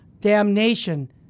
damnation